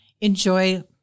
enjoy